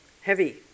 Heavy